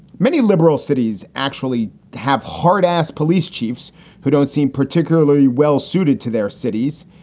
many liberal cities actually have hard ass police chiefs who don't seem particularly well suited to their cities.